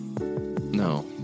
No